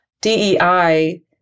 DEI